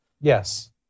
Yes